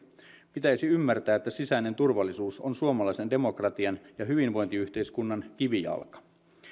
pitäisi ymmärtää että sisäinen turvallisuus on suomalaisen demokratian ja hyvinvointiyhteiskunnan kivijalka